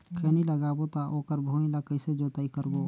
खैनी लगाबो ता ओकर भुईं ला कइसे जोताई करबो?